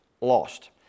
lost